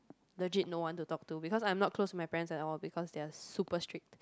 legit no one to talk to because I'm not close with my parents at all because they are super strict